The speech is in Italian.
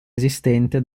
esistente